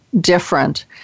different